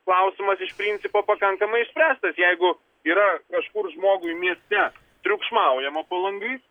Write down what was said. klausimas iš principo pakankamai išspręstas jeigu yra kažkur žmogui mieste triukšmaujama po langais